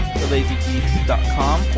thelazygeeks.com